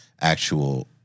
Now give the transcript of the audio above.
actual